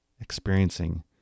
experiencing